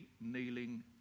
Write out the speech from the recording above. kneeling